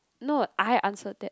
no I answered that